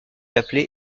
appelé